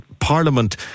Parliament